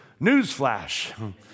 Newsflash